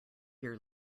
your